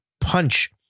punch